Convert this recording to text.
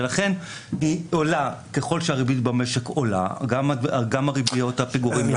ולכן ככל שהריבית במשק עולה גם ריביות הפיגורים יעלו.